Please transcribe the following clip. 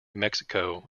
mexico